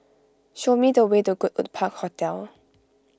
show me the way to Goodwood Park Hotel